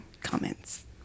Comments